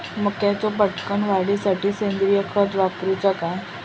मक्याचो पटकन वाढीसाठी सेंद्रिय खत वापरूचो काय?